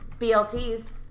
BLTs